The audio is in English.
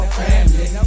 family